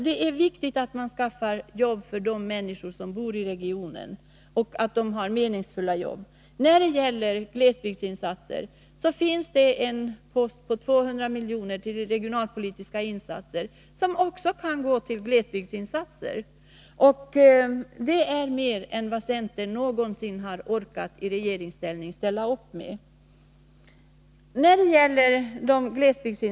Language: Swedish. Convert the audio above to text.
Det är viktigt att skaffa jobb för de människor som bor i regionen och se till att de får meningsfulla jobb. När det gäller glesbygdsinsatser vill jag säga att det finns en post på 200 miljoner för regionalpolitiska insatser. Detta kan också gå till glesbygdsinsatser. Det är mer än vad centern i regeringsställning någonsin orkade ställa upp med.